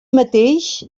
mateix